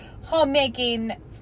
homemaking